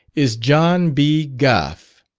is john b. gough.